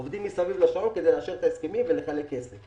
ועובדים מסביב לשעון כדי לאשר את ההסכמים ולחלק כסף.